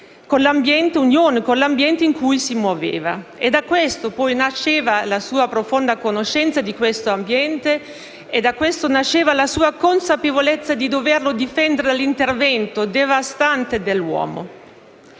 - e unione con l'ambiente in cui si muoveva. Da questo nasceva la sua profonda conoscenza di questo ambiente e la sua consapevolezza di doverlo difendere dall'intervento devastante dell'uomo.